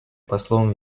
послом